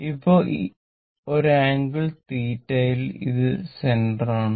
ഇപ്പൊ ഒരു ആംഗിൾ θ ൽ ഇത് സെന്റര് ആണ്